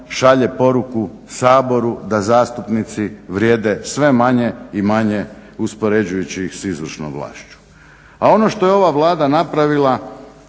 šalje poruku Saboru da zastupnici vrijede sve manje i manje uspoređujući ih s izvršnom vlašću. A ono što je ova Vlada napravila